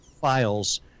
files